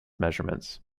measurements